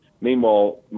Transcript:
Meanwhile